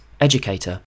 educator